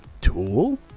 tool